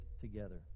together